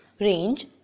range